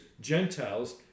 Gentiles